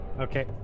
Okay